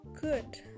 good